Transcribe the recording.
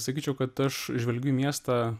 sakyčiau kad aš žvelgiu į miestą